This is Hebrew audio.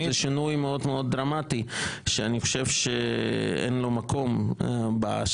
זה שינוי מאוד מאוד דרמטי שאני חושב שאין לו מקום בשלב